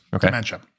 dementia